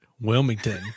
Wilmington